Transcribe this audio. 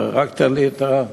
רק תן לי את,